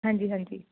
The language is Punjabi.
ਹਾਂਜੀ ਹਾਂਜੀ